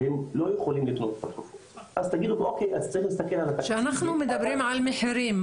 והם לא יכולים לקנות את התרופות --- כשאנחנו מדברים על מחירים,